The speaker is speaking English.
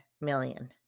million